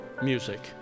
music